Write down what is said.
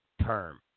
term